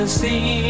see